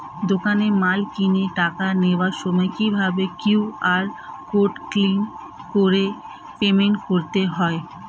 দোকানে মাল কিনে টাকা দেওয়ার সময় কিভাবে কিউ.আর কোড স্ক্যান করে পেমেন্ট করতে হয়?